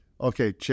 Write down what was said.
Okay